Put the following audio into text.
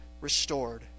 restored